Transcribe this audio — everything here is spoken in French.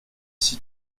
est